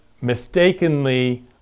mistakenly